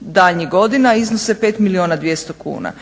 daljnjih godina iznose 5 milijuna 200 kuna.